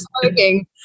smoking